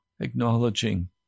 Acknowledging